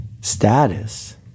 status